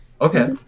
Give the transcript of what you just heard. Okay